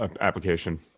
application